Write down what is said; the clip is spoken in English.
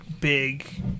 big